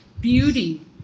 beauty